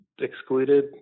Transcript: excluded